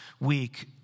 week